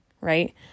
right